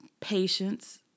patience